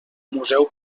museu